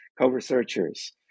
co-researchers